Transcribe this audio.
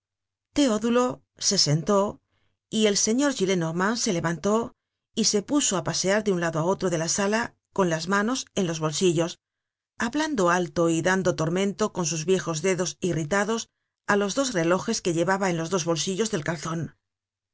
teodulo se sentó y el señor gillenormand se levantó y se puso á pasear de un lado á otro de la sala con las manos en los bolsillos hablando alto y dando tormento con sus viejos dedos irritados á los dos relojes que llevaba en los dos bolsillos del calzon ese